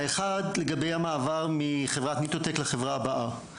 האחת לגבי המעבר מחברת "ניטו טק" לחברה הבאה.